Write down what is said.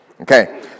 Okay